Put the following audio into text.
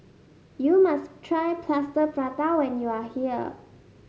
you must try Plaster Prata when you are here